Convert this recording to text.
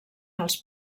als